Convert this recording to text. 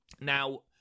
Now